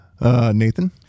Nathan